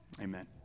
amen